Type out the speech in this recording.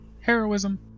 heroism